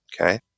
Okay